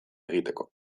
egiteko